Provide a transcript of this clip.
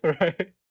Right